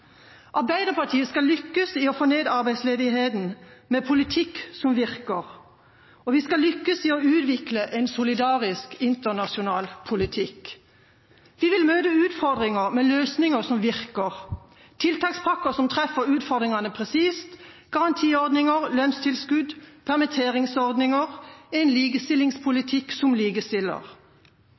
Arbeiderpartiet skal lykkes i å få ned arbeidsledigheten med en politikk som virker, og vi skal lykkes i å utvikle en solidarisk internasjonal politikk. Vi vil møte utfordringer med løsninger som virker – tiltakspakker som treffer utfordringene presist, garantiordninger, lønnstilskudd, permitteringsordninger, en likestillingspolitikk som likestiller.